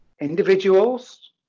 individuals